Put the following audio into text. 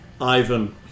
Ivan